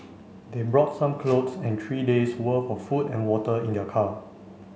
they brought some clothes and three days worth of food and water in their car